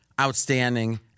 outstanding